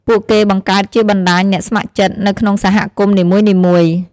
ពួកគេបង្កើតជាបណ្តាញអ្នកស្ម័គ្រចិត្ត នៅក្នុងសហគមន៍នីមួយៗ។